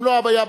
אם לא היה בזמן,